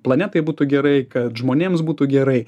planetai būtų gerai kad žmonėms būtų gerai